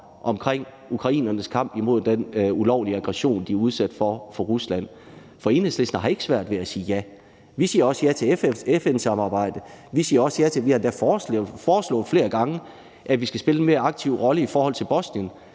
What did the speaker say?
om ukrainernes kamp imod den ulovlige aktion, de er udsat for fra Rusland. For Enhedslisten har ikke svært ved at sige ja. Vi siger også ja til FN-samarbejdet. Vi har endda foreslået flere gange, at vi skal spille en mere aktiv rolle i forhold til Bosnien.